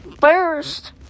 First